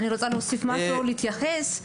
אני רוצה להוסיף משהו, להתייחס,